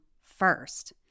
first